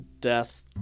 death